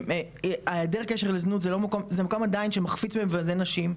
זה מקום עדיין שמחפיץ ומבזה נשים,